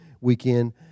weekend